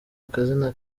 akazina